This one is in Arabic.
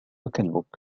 كلبك